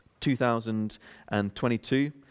2022